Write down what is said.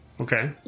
Okay